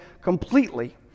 completely